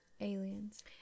Aliens